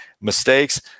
mistakes